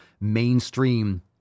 mainstream